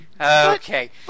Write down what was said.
Okay